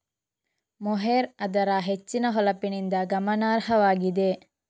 mohair ಅದರ ಹೆಚ್ಚಿನ ಹೊಳಪಿನಿಂದ ಗಮನಾರ್ಹವಾಗಿದೆ